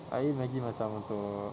I eat maggi macam untuk